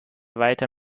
weiter